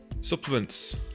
Supplements